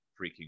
freaking